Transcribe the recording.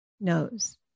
knows